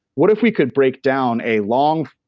what if we could break down a long,